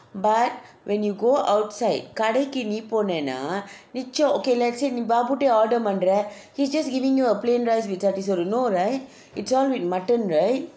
but when you go outside கடைக்கு நீ போனேனா மிச்சம்:kadaiku nee ponaena miccham okay let's say நீ:nee babu order பண்ற:pandra he's just giving you a plain rice with சட்டி சோறு:satti soru no right it's all with mutton right